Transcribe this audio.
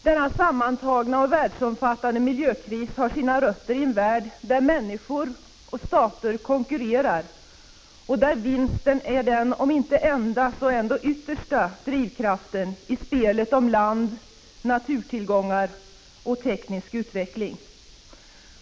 Denna sammmantagna och världsomfattande miljökris har sina rötter i en värld där människor och stater konkurrerar och där vinsten är den om inte enda så dock, yttersta drivkraften i spelet om land, naturtillgångar och den tekniska utvecklingen.